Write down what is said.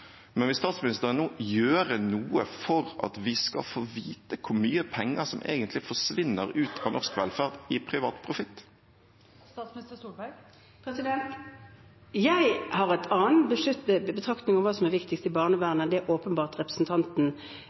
men vil statsministeren nå gjøre noe for at vi få skal få vite hvor mye penger som egentlig forsvinner ut av norsk velferd, i privat profitt? Jeg har en annen betraktning om hva som er viktigst i barnevernet, enn det representanten Lysbakken nå åpenbart